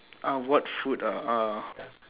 uh what food ah uh